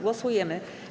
Głosujemy.